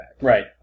Right